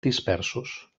dispersos